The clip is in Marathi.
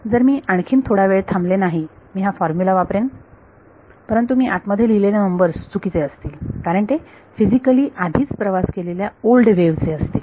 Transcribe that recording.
जर मी आणखीन थोडा वेळ थांबले नाही मी हा फॉर्म्युला वापरेन परंतु मी आतमध्ये लिहिलेले नंबर चुकीचे असतील कारण ते फिजिकली आधीच प्रवास केलेल्या ओल्ड वेव्हचे असतील